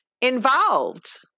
involved